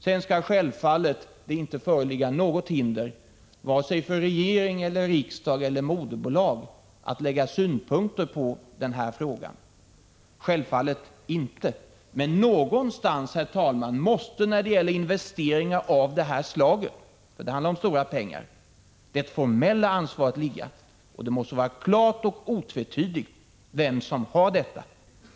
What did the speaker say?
Sedan skall det självfallet inte föreligga något hinder — vare sig för regering, riksdag eller moderbolag — att anföra synpunkter på frågan. Men någonstans måste det formella ansvaret när det gäller investeringar av det här slaget — det handlar om stora pengar — ligga, och det måste vara klart och otvetydigt vem som har det.